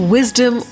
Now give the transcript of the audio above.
Wisdom